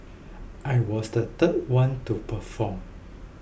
I was the third one to perform